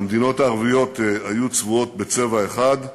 המדינות הערביות היו צבועות בצבע אחד,